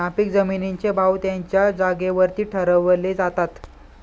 नापीक जमिनींचे भाव त्यांच्या जागेवरती ठरवले जातात